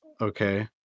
Okay